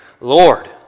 Lord